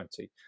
20